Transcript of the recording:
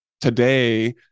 today